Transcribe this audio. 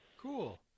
Cool